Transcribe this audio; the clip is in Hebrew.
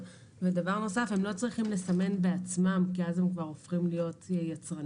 ודבר נוסף הם לא צריכים לסמן בעצמם כי אז הם כבר הופכים להיות יצרנים,